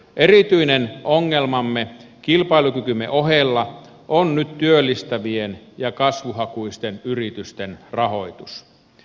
erityinen ongelmamme kilpailukykymme ohella on nyt työllistävien ja kasvuhakuisten yritysten rahoitus